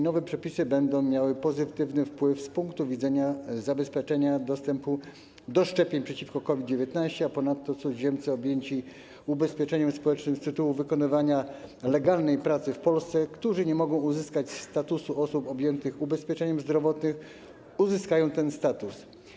Nowe przepisy będą miały pozytywny wpływ z punktu widzenia zabezpieczenia dostępu do szczepień przeciwko COVID-19, a ponadto cudzoziemcy objęci ubezpieczeniem społecznym z tytułu wykonywania legalnej pracy w Polsce, którzy nie mogą uzyskać statusu osób objętych ubezpieczeniem zdrowotnym, uzyskają ten status.